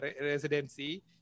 residency